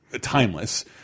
timeless